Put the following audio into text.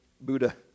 Buddha